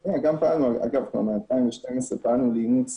אגב, כבר מ-2012 פעלנו לאימוץ